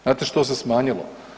Znate što se smanjilo?